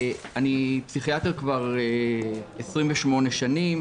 אני פסיכיאטר כבר 28 שנים,